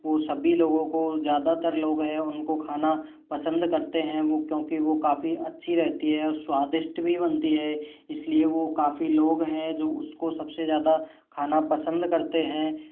वो सभी लोगों के ज़्यादातर लोग हैं उनको खाना पसंद करते हैं क्योंकि वो काफ़ी अच्छी रहती है और स्वादिष्ट भी बनती है इसलिए वो काफ़ी लोग हैं जो उसको सबसे ज़्यादा खाना पसंद करते हैं